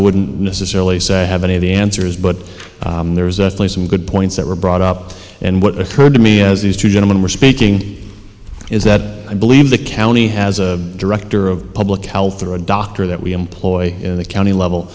wouldn't necessarily say have any of the answers but there's certainly some good points that were brought up and what occurred to me as these two gentlemen were speaking is that i believe the county has a director of public health or a doctor that we employ in the county level